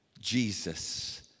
Jesus